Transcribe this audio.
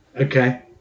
Okay